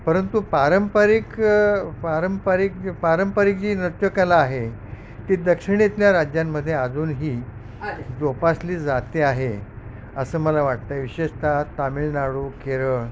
परंतु पारंपरिक पारंपरिक पारंपरिक जी नृत्यकला आहे ती दक्षिणेतल्या राज्यांमध्ये अजूनही जोपासली जाते आहे असं मला वाटत आहे विशेषतः तामिळनाडू केरळ